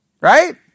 Right